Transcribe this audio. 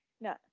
No